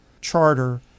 charter